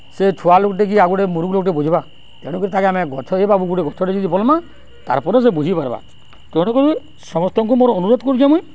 ସେ ଛୁଆ ଲୋକ୍ଟେ କି ଆଉ ଗୁଟେ ମୁରୁଖ୍ ଲୋକ୍ଟେ ବୁଝ୍ବା ତେଣୁକରି ତାକେ ଆମ ଗଛ ଏ ବାବୁ ଗୁଟେ ଗଛଟେ ଯଦି ବଲ୍ମା ତାର୍ ପଛେ ସେ ବୁଝି ପାର୍ବା ତେଣୁ କରିି ସମସ୍ତଙ୍କୁ ମୋର୍ ଅନୁରୋଧ୍ କରୁଛେ ମୁଇଁ